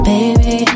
Baby